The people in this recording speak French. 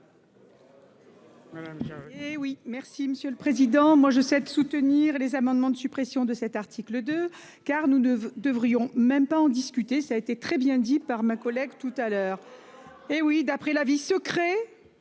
Monsieur le Président. Moi je souhaite soutenir les amendements de suppression de cet article de car nous ne devrions même pas en discuter, ça a été très bien dit par ma collègue tout à l'heure. Hé oui d'après la vie.